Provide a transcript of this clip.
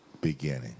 beginning